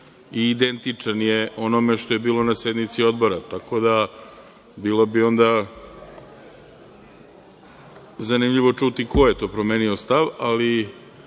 i identičan je onome što je bilo na sednici Odbora, tako da, bilo bi zanimljivo čuti ko je to promenio stav, ali